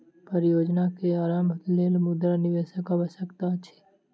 परियोजना के आरम्भक लेल मुद्रा निवेशक आवश्यकता अछि